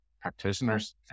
practitioners